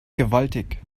gewaltig